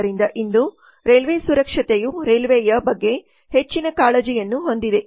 ಆದ್ದರಿಂದ ಇಂದು ರೈಲ್ವೆ ಸುರಕ್ಷತೆಯು ರೈಲ್ವೆಯ ಬಗ್ಗೆ ಹೆಚ್ಚಿನ ಕಾಳಜಿಯನ್ನು ಹೊಂದಿದೆ